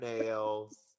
nails